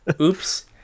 Oops